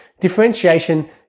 Differentiation